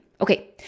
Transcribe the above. Okay